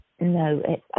No